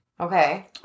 Okay